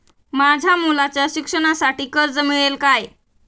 माझ्या मुलाच्या शिक्षणासाठी कर्ज मिळेल काय?